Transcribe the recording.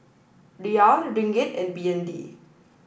Riyal Ringgit and B N D